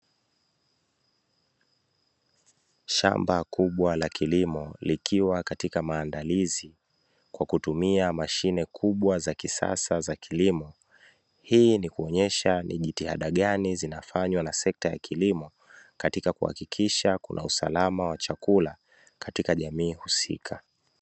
Shamba kubwa la kilimo likiwa katika maandalizi kwa kutumia mashine kubwa za kisasa za kilimo. Hii ni kuonyesha ni jitihada gani zinafanywa na sekta ya kilimo katika kuhakikisha kuna usalama wa chakula katika jamii husika